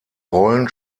rollen